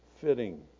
fitting